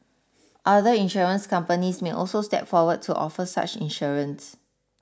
other insurance companies may also step forward to offer such insurance